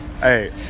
Hey